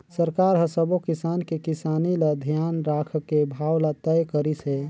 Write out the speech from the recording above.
सरकार हर सबो किसान के किसानी ल धियान राखके भाव ल तय करिस हे